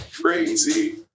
Crazy